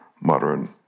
modern